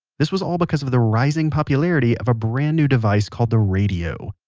this was all because of the rising popularity of a brand new device called the radio.